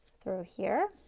through here